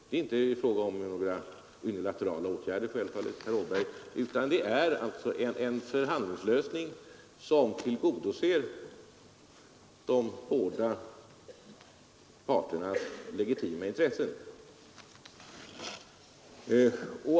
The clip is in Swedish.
Det är, herr Åberg, självfallet inte fråga om att rekommendera några unilaterala åtgärder utan det är fråga om en förhandlingslösning som tillgodoser de båda parternas legitima intressen.